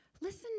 Listen